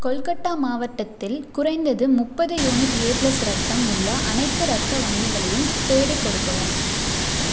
கொல்கட்டா மாவட்டத்தில் குறைந்தது முப்பது யூனிட் ஏ ப்ளஸ் இரத்தம் உள்ள அனைத்து இரத்த வங்கிகளையும் தேடிக் கொடுக்கவும்